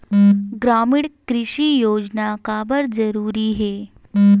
ग्रामीण कृषि योजना काबर जरूरी हे?